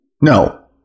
No